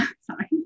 sorry